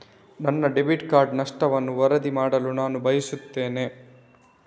ನನ್ನ debit card ನಷ್ಟವನ್ನು ವರದಿ ಮಾಡಲು ನಾನು ಬಯಸ್ತೆನೆ